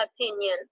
opinion